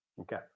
Okay